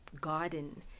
garden